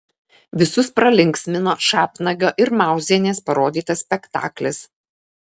visus pralinksmino šapnagio ir mauzienės parodytas spektaklis